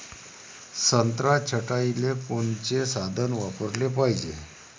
संत्रा छटाईले कोनचे साधन वापराले पाहिजे?